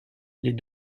les